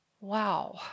Wow